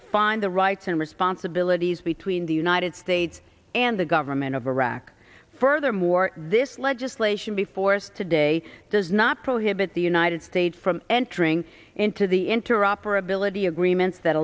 define the rights and responsibilities between the united states and the government of iraq furthermore this legislation before us today does not prohibit the united states from entering into the interoperability agreements that